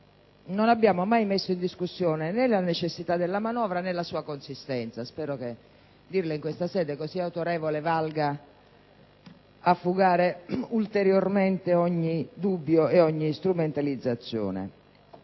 non abbiamo mai messo in discussione né la necessità della manovra né la sua consistenza. Spero che affermarlo in questa sede così autorevole valga a fugare ulteriormente ogni dubbio e ogni strumentalizzazione.